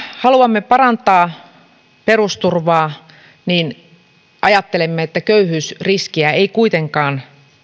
haluamme parantaa perusturvaa ajattelemme että köyhyysriskiä ei kuitenkaan